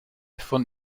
von